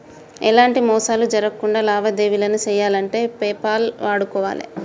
ఎలాంటి మోసాలు జరక్కుండా లావాదేవీలను చెయ్యాలంటే పేపాల్ వాడుకోవాలే